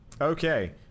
Okay